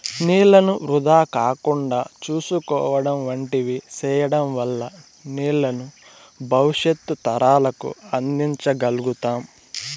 నీళ్ళను వృధా కాకుండా చూసుకోవడం వంటివి సేయడం వల్ల నీళ్ళను భవిష్యత్తు తరాలకు అందించ గల్గుతాం